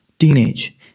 Teenage